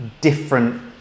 different